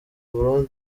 burundu